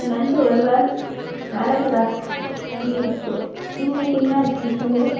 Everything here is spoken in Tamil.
நண்டு வறுவல் மிளகு ரசம் மீல்ஸ்ஸு இன்றைக்கி என்ன ஸ்பெஷலு